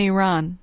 Iran